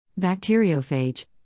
Bacteriophage